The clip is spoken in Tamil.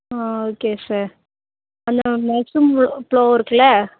ஆ ஓகே சார் அந்த மஷ்ரூம் ப்லோ இருக்குதுல்ல